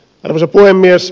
arvoisa puhemies